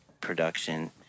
production